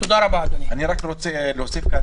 אני רק רוצה להוסיף כאן